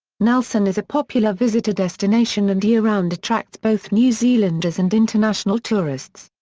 nelson is a popular visitor destination and year-round attracts both new zealanders and international tourists.